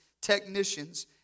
technicians